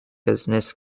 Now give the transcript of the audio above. business